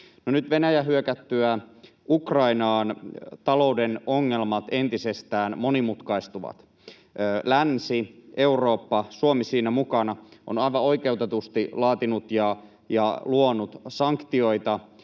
Nyt Venäjän hyökättyä Ukrainaan talouden ongelmat entisestään monimutkaistuvat. Länsi, Eurooppa — ja Suomi siinä mukana — on aivan oikeutetusti laatinut ja luonut sanktioita